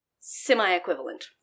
semi-equivalent